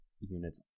units